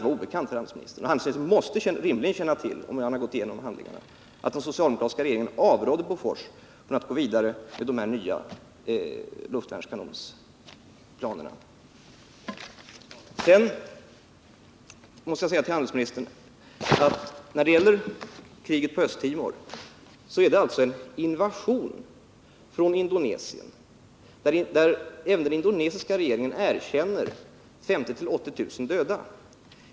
Handelsministern måste rimligen, om han gått igenom handlingarna, känna till att den socialdemo kratiska regeringen avrådde Bofors från att gå vidare med planerna för de nya luftvärnskanonerna. Sedan måste jag säga till handelsministern att kriget på Östra Timor är en invasion från Indonesien, och även den indonesiska regeringen erkänner siffran 50 000-80 000 döda.